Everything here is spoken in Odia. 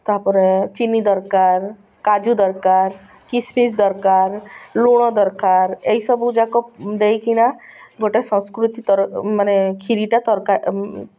ତାପରେ ଚିନି ଦରକାର କାଜୁ ଦରକାର କିସମିସ୍ ଦରକାର ଲୁଣ ଦରକାର ଏଇସବୁ ଯାକ ଦେଇକିନା ଗୋଟେ ସଂସ୍କୃତି ତର୍ ମାନେ କ୍ଷୀରିଟା ତରକାର